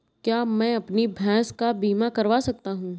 क्या मैं अपनी भैंस का बीमा करवा सकता हूँ?